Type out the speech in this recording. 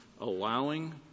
allowing